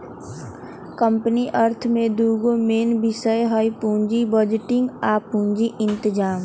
company अर्थ में दूगो मेन विषय हइ पुजी बजटिंग आ पूजी इतजाम